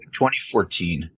2014